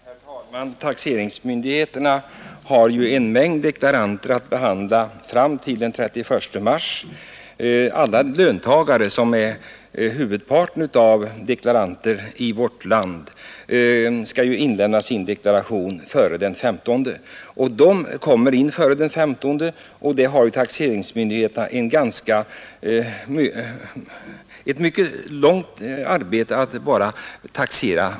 Herr talman! Taxeringsmyndigheterna har ju en mängd deklarationer att behandla fram till den 31 mars. Alla löntagare, som är huvudparten av deklaranterna i vårt land, skall ju inlämna sin deklaration före den 15 februari. Taxeringsmyndigheterna har alltså ett ganska omfattande arbetsmaterial.